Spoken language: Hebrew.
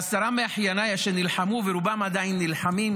ועשרה מאחייניי נלחמו ורובם עדיין נלחמים